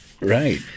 Right